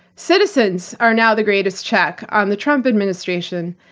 citizens are now the greatest check on the trump administration,